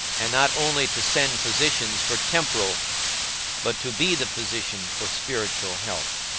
and not only to send physicians for temporal but to be the physician for spiritual health.